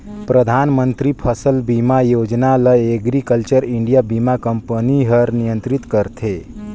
परधानमंतरी फसिल बीमा योजना ल एग्रीकल्चर इंडिया बीमा कंपनी हर नियंत्रित करथे